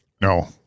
No